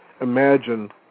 imagine